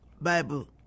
Bible